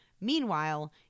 Meanwhile